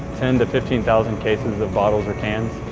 ten to fifteen thousand cases of bottles or cans.